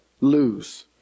lose